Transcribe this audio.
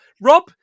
Rob